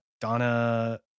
donna